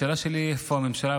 השאלה שלי היא איפה הממשלה.